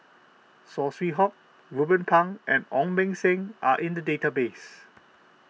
Saw Swee Hock Ruben Pang and Ong Beng Seng are in the database